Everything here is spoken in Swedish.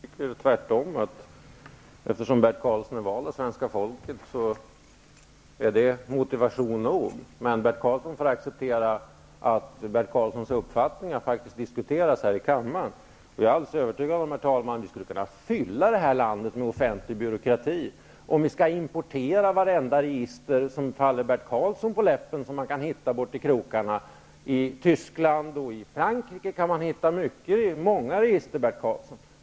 Herr talman! Jag har inget som helst önskemål att slippa Bert Karlsson i riksdagen. Jag tycker att det förhållandet att Bert Karlsson är vald av svenska folket är motiv nog för att han finns här. Men Bert Karlsson får acceptera att hans uppfattningar faktiskt diskuteras här i kammaren. Jag är alldeles övertygad om att vi skulle kunna fylla landet med offentlig byråkrati, om vi importerade vartenda register som Bert Karlsson kan hitta borta i krokarna och som faller honom på läppen. I Tyskland och i Frankrike kan man hitta många register, Bert Karlsson.